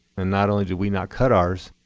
and not only did we not cut ours,